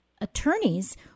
attorneys